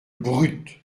brutes